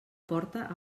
porta